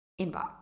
inbox